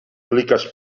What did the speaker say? pliques